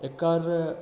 एकर